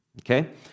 okay